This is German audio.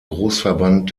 großverband